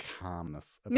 calmness